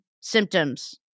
symptoms